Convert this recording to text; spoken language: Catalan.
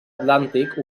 atlàntic